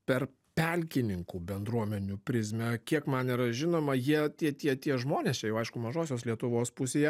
per pelkininkų bendruomenių prizmę kiek man yra žinoma jie tie tie tie žmonės čia jau aišku mažosios lietuvos pusėje